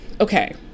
okay